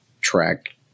track